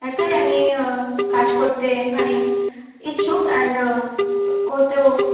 that's why আমি কাজ করতে এখানে ইচ্ছুক অ্যান্ড করতেও